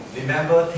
remember